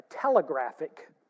telegraphic